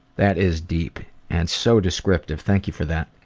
that is deep and so descriptive. thank you for that.